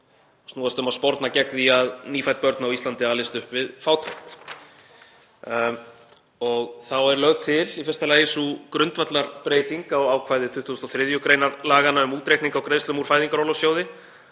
snúast um að sporna gegn því að nýfædd börn á Íslandi alist upp við fátækt. Og þá er lögð til í fyrsta lagi sú grundvallarbreyting á ákvæði 23. gr. laganna um útreikning á greiðslum úr Fæðingarorlofssjóði